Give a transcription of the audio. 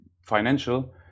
financial